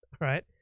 right